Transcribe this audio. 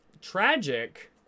tragic